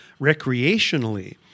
Recreationally